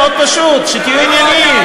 מאוד פשוט: שתהיו ענייניים.